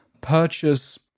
purchase